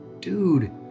Dude